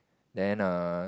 then err